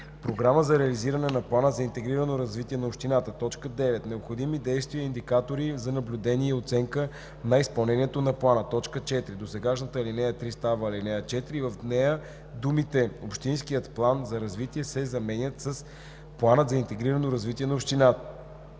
програма за реализиране на плана за интегрирано развитие на общината; 9. необходими действия и индикатори за наблюдение и оценка на изпълнението на плана.“ 4. Досегашната ал. 3 става ал. 4 и в нея думите „Общинският план за развитие“ се заменят с „Планът за интегрирано развитие на община“.